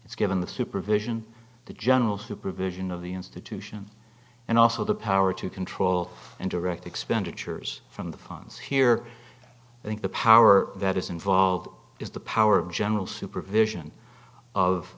its given the supervision the general supervision of the institution and also the power to control and direct expenditures from the fans here think the power that is involved is the power of general supervision of